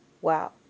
wow